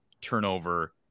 turnover